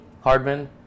Hardman